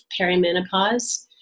perimenopause